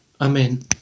Amen